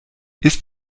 ist